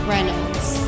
Reynolds